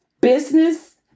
business